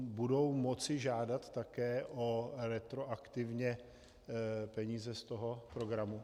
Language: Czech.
Budou moci žádat také retroaktivně o peníze z toho programu?